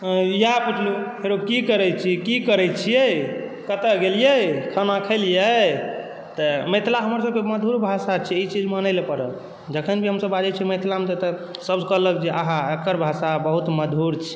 इएह पुछलहुँ हेरो की करै छियै कतय गेलियै खाना खेलियै तऽ मिथिला हमरा सभकेँ बहुत मधुर भाषा छै ई चीज मानय लए पड़त जखन भी हमसभ बजै छी मिथिलामे तऽ तखन सभ कहलाह जे आहाहा एकर भाषा बहुत मधुर छियै